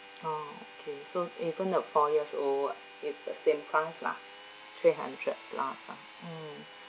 oh okay so even the four years old it's the same price lah three hundred plus ah mm